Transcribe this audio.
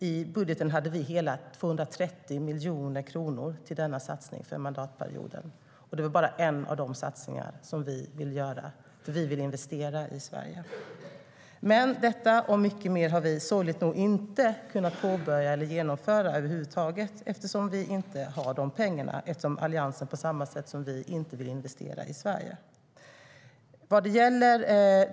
I budgeten hade vi hela 230 miljoner kronor till denna satsning för mandatperioden, och det var bara en av de satsningar som vi ville göra, för vi ville investera i Sverige. Detta och mycket mer har vi sorgligt nog inte kunnat påbörja eller genomföra över huvud taget eftersom vi inte har de pengarna, därför att Alliansen inte vill investera i Sverige på samma sätt som vi.